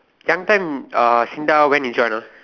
young time uh SINDA when you join ah